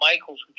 Michael's